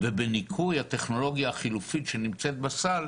הרי אנשים גם מתחלפים בתוך המערכות האלה,